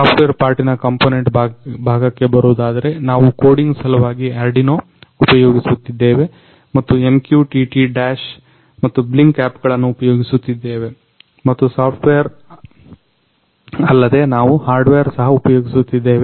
software ಪಾರ್ಟಿನ component ಭಾಗಕ್ಕೆ ಬರೋದಾದ್ರೆ ನಾವು ಕೋಡಿಂಗ್ ಸಲುವಾಗಿ ಆರ್ಡಿನೊ ಉಪಯೋಗಿಸುತ್ತಿದ್ದೇವೆ ಮತ್ತು MQTT Dash ಮತ್ತು Blynk ಆಪ್ಗಳನ್ನ ಉಪಯೋಗಿಸುತ್ತಿದ್ದೇವೆ ಮತ್ತು ಸಾಫ್ಟವೇರ್ ಅಲ್ಲದೆ ನಾವು ಹಾರ್ಡ್ವೇರ್ ಸಹ ಉಪಯೋಗಿಸುತ್ತಿದ್ದೇವೆ